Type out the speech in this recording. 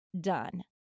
done